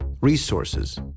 resources